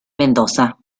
mendoza